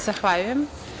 Zahvaljujem.